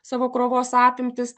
savo krovos apimtis